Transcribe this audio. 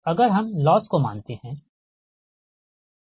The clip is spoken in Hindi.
अगर हम लॉस को मानते हैं ठीक